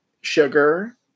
Sugar